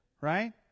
right